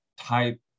type